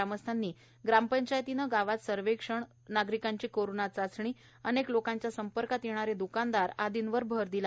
या मोहिमेअंतर्गत ग्रामस्थांनी ग्रामपंचायतीने गावात सर्वेक्षण नागरिकांची कोरोना चाचणी अनेक लोकांच्या संपर्कात येणारे दुकानदार आदींवर भर दिला